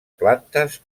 plantes